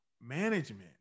management